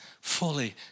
fully